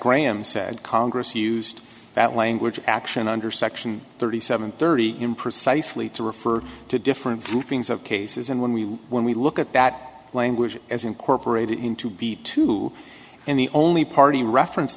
graham said congress used that language action under section thirty seven thirty in precisely to refer to different groupings of cases and when we when we look at that language as incorporated into b two and the only party reference